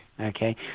okay